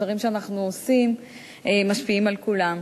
דברים שאנחנו עושים משפיעים על כולם.